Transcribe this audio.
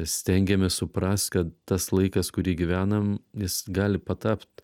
stengiamės suprast kad tas laikas kurį gyvenam jis gali patapt